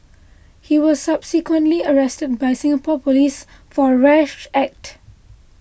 he was subsequently arrested by Singapore police for a rash act